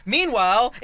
Meanwhile